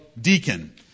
deacon